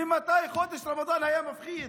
ממתי חודש רמדאן מפחיד?